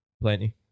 plenty